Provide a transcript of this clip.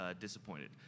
disappointed